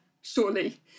surely